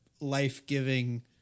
life-giving